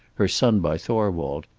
her son by thorwald,